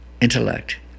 intellect